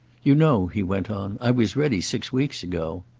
you know, he went on, i was ready six weeks ago.